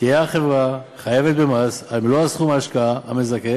תהיה החברה חייבת במס על מלוא סכום ההשקעה המזכה